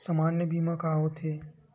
सामान्य बीमा का होथे?